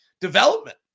development